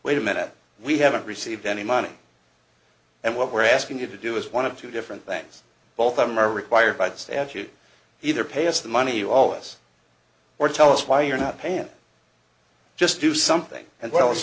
wait a minute we haven't received any money and what we're asking you to do is one of two different things both of them are required by the statute either pay us the money you owe us or tell us why you're not paying and just do something and well as